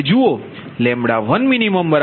હવે જુઓ 1min46